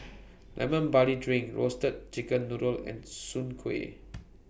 Lemon Barley Drink Roasted Chicken Noodle and Soon Kuih